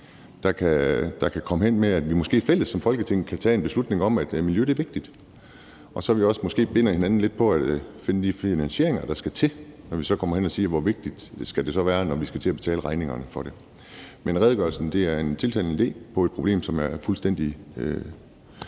der kan komme hen til, at vi måske i fællesskab som Folketing kan tage en beslutning om, at miljø er vigtigt, og vi måske så også binder hinanden lidt på at finde de finansieringer, der skal til, når vi så kommer hen og skal finde ud af, hvor vigtigt det skal være, når vi så skal til at betale regningerne for det. Men redegørelsen er en tiltalende idé på et problem, som er fuldstændig